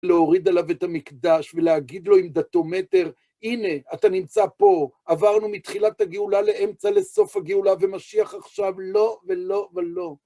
להוריד עליו את המקדש, ולהגיד לו עם דתומטר, הנה, אתה נמצא פה, עברנו מתחילת הגאולה לאמצע לסוף הגאולה, ומשיח עכשיו לא ולא ולא.